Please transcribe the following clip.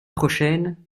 prochaine